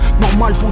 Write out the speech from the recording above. normal